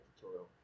tutorial